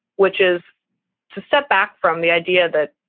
which is to step back from the idea that